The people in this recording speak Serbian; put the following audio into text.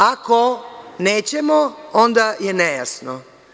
Ako nećemo onda je nejasno.